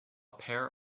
pair